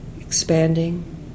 expanding